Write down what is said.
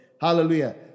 Hallelujah